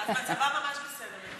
אז מצבה ממש בסדר.